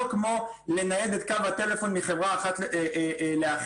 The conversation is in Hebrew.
כמו לנייד את קו הטלפון מחברה אחת לאחרת.